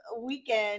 weekend